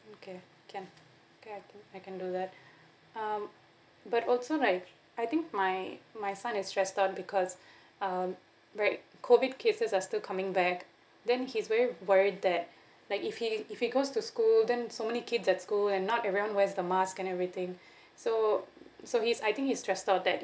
okay can okay I can I can do that um but also right I think my my son is stressed out because um right COVID cases are still coming back then he's very worried that like if he if he goes to school then so many kids at school and not everyone wears the mask and everything so so is I think he's stressed out that